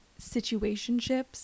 situationships